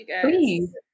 Please